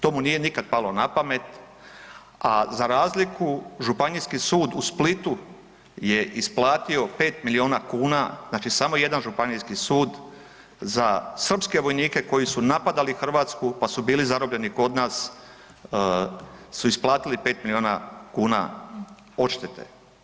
To mu nije nikad palo na pamet, a za razliku, Županijski sud u Splitu je isplatio 5 milijuna kuna, znači samo jedan županijski sud, za srpske vojnike koji su napadali Hrvatsku pa su bili zarobljeni kod nas, su isplatili 5 milijuna kuna odštete.